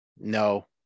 no